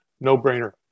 no-brainer